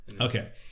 Okay